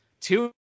two